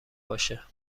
باشه